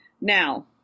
Now